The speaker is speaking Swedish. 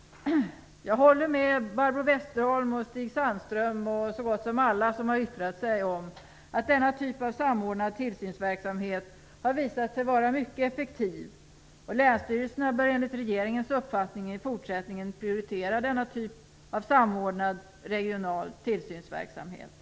Jag håller med Barbro Westerholm, Stig Sandström och så gott som alla som har yttrat sig, om att denna typ av samordnad tillsynsverksamhet har visat sig vara mycket effektiv. Länsstyrelserna bör enligt regeringens uppfattning i fortsättningen prioritera denna typ av samordnad regional tillsynsverksamhet.